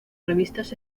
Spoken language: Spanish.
revistas